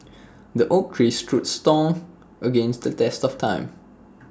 the oak tree stood strong against the test of time